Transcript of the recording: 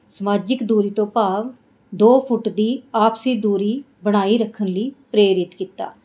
ਸਮਾਜਿਕ ਦੂਰੀ ਤੋਂ ਭਾਵ ਦੋ ਫੁੱਟ ਦੀ ਆਪਸੀ ਦੂਰੀ ਬਣਾਈ ਰੱਖਣ ਲਈ ਪ੍ਰੇਰਿਤ ਕੀਤਾ